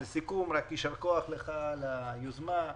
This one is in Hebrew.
לסיכום, יישר כוח לך על היוזמה.